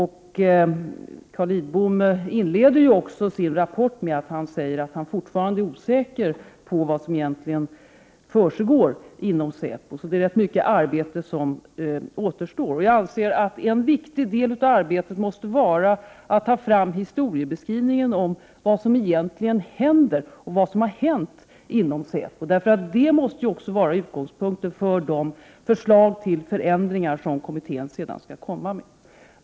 Carl Lidbom inleder också sin rapport med att säga att han fortfarande är osäker på vad som egentligen försiggår inom säpo. Det är rätt mycket arbete som återstår. Jag anser att en mycket viktig del av arbetet är att ta fram historieskrivningen om vad som egentligen har hänt och vad som händer inom säpo. Detta måste vara utgångspunkten för de förslag till förändringar som kommittén sedan skall lägga fram.